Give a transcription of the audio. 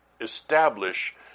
establish